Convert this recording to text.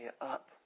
up